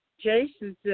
Jason